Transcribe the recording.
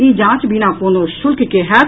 ई जांच बिना कोनो शुल्क के होयत